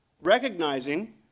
recognizing